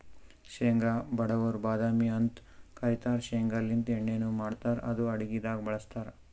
ಶೇಂಗಾ ಬಡವರ್ ಬಾದಾಮಿ ಅಂತ್ ಕರಿತಾರ್ ಶೇಂಗಾಲಿಂತ್ ಎಣ್ಣಿನು ಮಾಡ್ತಾರ್ ಇದು ಅಡಗಿದಾಗ್ ಬಳಸ್ತಾರ್